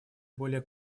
более